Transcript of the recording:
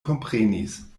komprenis